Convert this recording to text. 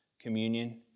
communion